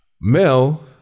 Mel